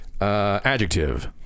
Adjective